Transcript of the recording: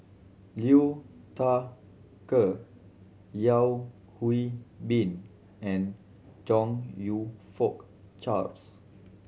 Liu Thai Ker Yeo Hwee Bin and Chong You Fook Charles